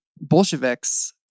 Bolsheviks